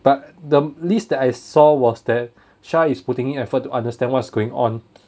but the list that I saw was that shah is putting effort to understand what's going on